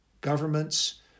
governments